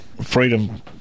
freedom